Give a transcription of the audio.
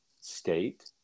state